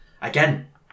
Again